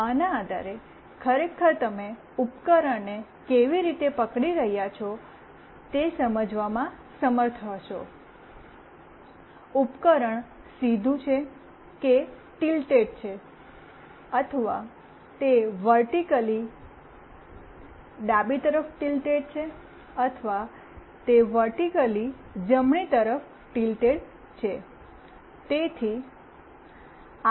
આના આધારે તમે ખરેખર ઉપકરણને કેવી રીતે પકડી રહ્યાં છો તે સમજવામાં સમર્થ હશો ઉપકરણ સીધું છે કે ટિલ્ટેડ છે અથવા તે વર્ટિક્લી ડાબી તરફ ટિલ્ટેડ છે અથવા તે વર્ટિક્લી જમણી તરફ ટિલ્ટેડ છે